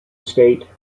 estate